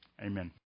Amen